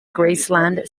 graceland